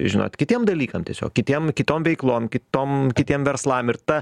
žinot kitiem dalykam tiesiog kitiem kitom veiklom kitom kitiem verslam ir ta